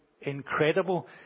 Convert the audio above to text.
incredible